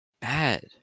bad